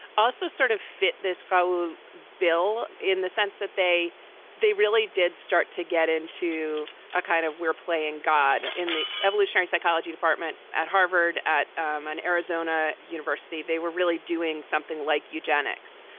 also sort of fit this croll bill in the sense that they they really did start to get into a kind of we're playing god in the evolutionary psychology department at harvard, at an arizona university. they were really doing something like eugenics.